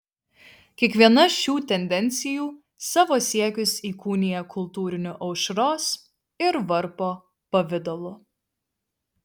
kiekviena šių tendencijų savo siekius įkūnija kultūriniu aušros ir varpo pavidalu